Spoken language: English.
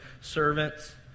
servants